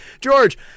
George